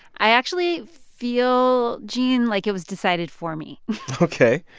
i actually feel, gene, like it was decided for me ok.